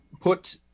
put